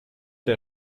der